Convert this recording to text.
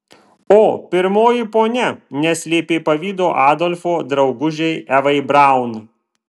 o pirmoji ponia neslėpė pavydo adolfo draugužei evai braun